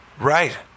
Right